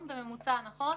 בממוצע?